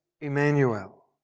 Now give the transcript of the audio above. Emmanuel